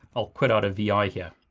i'll put out a vi here.